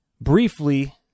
briefly